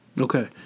Okay